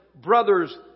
brothers